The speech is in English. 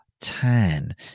tan